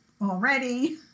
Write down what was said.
already